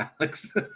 Alex